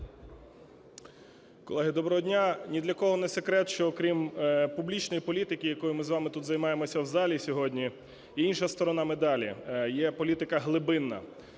Колеги, доброго дня! Ні для кого не секрет, що окрім публічної політики, якою ми з вами тут займаємося в залі сьогодні, є інша сторона медалі – є політика глибинна: